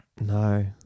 No